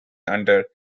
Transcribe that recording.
under